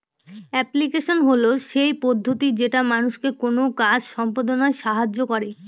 application হল সেই পদ্ধতি যেটা মানুষকে কোনো কাজ সম্পদনায় সাহায্য করে